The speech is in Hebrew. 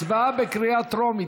הצבעה בקריאה טרומית.